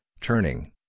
turning